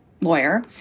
lawyer